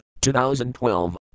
2012